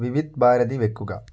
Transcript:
വിവിധ് ഭാരതി വെക്കുക